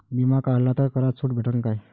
बिमा काढला तर करात सूट भेटन काय?